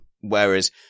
Whereas